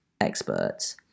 experts